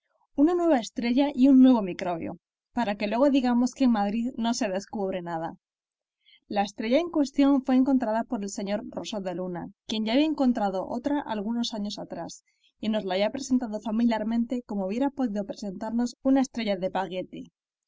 una nueva estrella y un nuevo microbio para que luego digamos que en madrid no se descubre nada la estrella en cuestión fue encontrada por el señor roso de luna quien ya había encontrado otra algunos años atrás y nos la había presentado familiarmente como hubiera podido presentarnos una estrella de